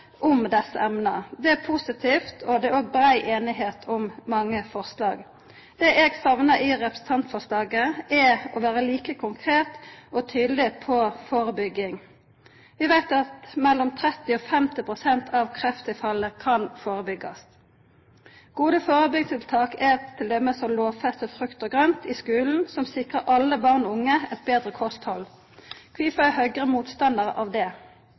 om desse emna. Det er positivt, og det er brei einigheit om mange forslag. Det eg saknar i representantforslaget, er at ein er like konkret og tydeleg på førebygging. Vi veit at mellom 30 og 50 pst. av krefttilfella kan førebyggjast. Gode førebyggingstiltak er t.d. å lovfesta frukt og grønt i skulen, som sikrar alle barn og unge eit betre kosthald. Kvifor er Høgre motstandar av det?